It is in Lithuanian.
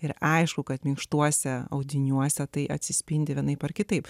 ir aišku kad minkštuose audiniuose tai atsispindi vienaip ar kitaip